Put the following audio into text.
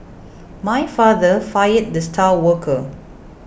my father fired the star worker